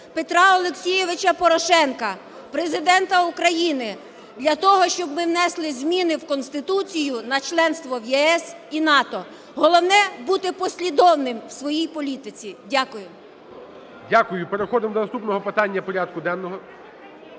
Петра Олексійовича Порошенка Президента України для того, щоб ми внесли зміни в Конституцію на членство в ЄС і НАТО. Головне – бути послідовним в своїй політиці. Дякую. ГОЛОВУЮЧИЙ. Дякую. Переходимо до наступного питання порядку денного.